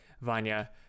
Vanya